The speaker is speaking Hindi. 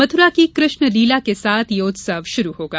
मथुरा की कृष्णलीला के साथ यह उत्सव शंरू होगा